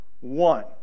one